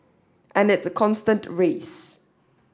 and it's a constant race